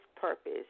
purpose